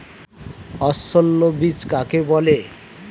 অসস্যল বীজ কাকে বলে?